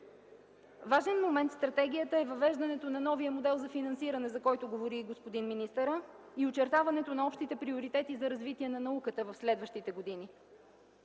Важен момент в стратегията е въвеждането на новия модел за финансиране, за който говори господин министъра, и очертаването на общите приоритети за развитие на науката в следващите години.